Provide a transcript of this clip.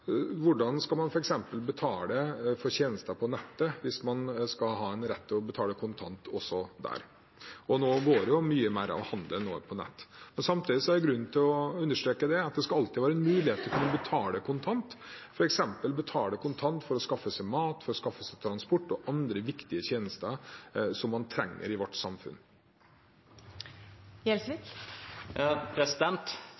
Hvordan skal man f.eks. betale for tjenester på nettet hvis man skal ha en rett til å betale kontant også der? Nå går jo mye mer av handelen over på nett. Samtidig er det grunn til å understreke at det alltid skal være muligheter for å betale kontant, f.eks. å betale kontant for å skaffe seg mat og skaffe seg transport og andre viktige tjenester som man trenger i vårt samfunn.